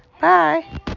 Bye